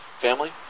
Family